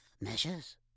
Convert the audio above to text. Measures